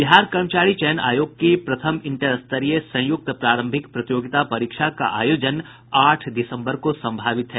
बिहार कर्मचारी चयन आयोग की प्रथम इंटर स्तरीय संयुक्त प्रारंभिक प्रतियोगिता परीक्षा का आयोजन आठ दिसंबर को संभावित है